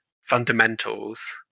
fundamentals